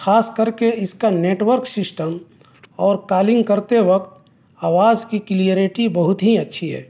خاص کر کے اس کا نیٹورک سسٹم اور کالنگ کرتے وقت آواز کی کلیئریٹی بہت ہی اچّھی ہے